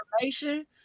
information